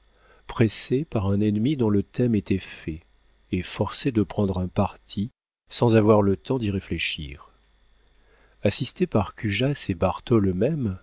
inattendu pressés par un ennemi dont le thème était fait et forcés de prendre un parti sans avoir le temps d'y réfléchir assisté par cujas et barthole eux-mêmes